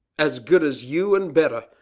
as good as you and better.